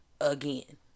again